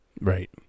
right